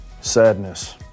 Sadness